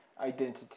identity